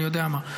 או אני יודע מה.